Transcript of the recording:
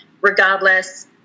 regardless